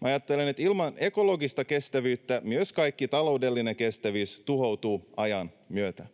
Ajattelen, että ilman ekologista kestävyyttä myös kaikki taloudellinen kestävyys tuhoutuu ajan myötä.